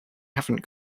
haven’t